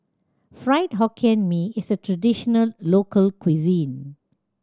Fried Hokkien Mee is a traditional local cuisine